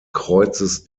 kreuzes